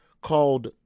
called